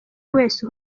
wese